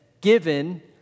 given